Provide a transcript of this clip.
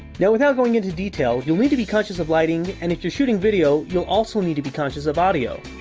yeah without going into detail, you'll need to be conscious of lighting and if you're shooting video, you'll also need to be conscious of audio.